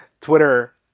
Twitter